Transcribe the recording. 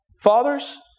Fathers